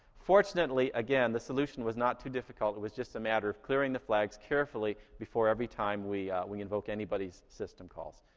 fortunately, again, the solution was not too difficult. it was just a matter of clearing the flags carefully before every time we we invoke anybody's system calls.